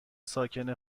ساکن